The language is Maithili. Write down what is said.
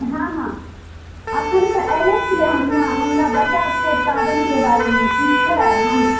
हँ हँ एखन तऽ आएले छी हम ने हमरा बताएब सभ पाबनिके बारेमे ठीक छै हम